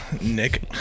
Nick